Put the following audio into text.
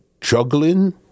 Juggling